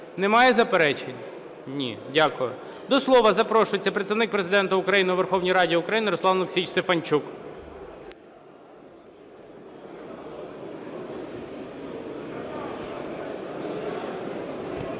Немає заперечень? Ні. Дякую. До слова запрошується Представник Президента України у Верховні Раді України Руслан Олексійович Стефанчук.